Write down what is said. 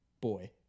boy